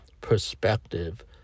perspective